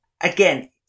Again